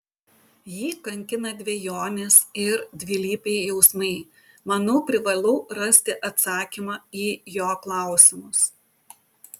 jį kankina dvejonės ir dvilypiai jausmai manau privalau rasti atsakymą į jo klausimus